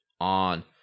on